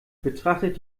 betrachtet